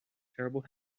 terrible